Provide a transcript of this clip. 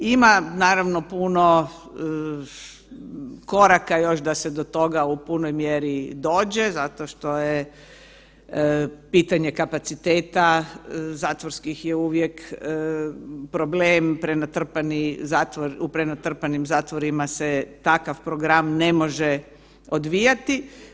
Ima naravno puno koraka još da se do toga u punoj mjeri dođe zato što je pitanje kapaciteta zatvorskih je uvijek problem u prenatrpanim zatvorima se takav program ne može odvijati.